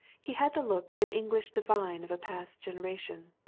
he had the look of an english divine of a past generation.